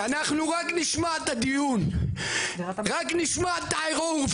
אנחנו רק נשמע את הדיון רק נשמע את הערעור,